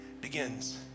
begins